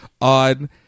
on